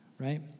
Right